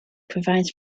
provides